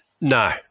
No